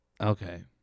Okay